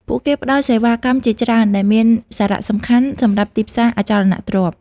ពួកគេផ្តល់សេវាកម្មជាច្រើន ដែលមានសារៈសំខាន់សម្រាប់ទីផ្សារអចលនទ្រព្យ។